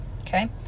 Okay